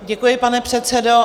Děkuji, pane předsedo.